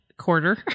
Quarter